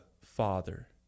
Father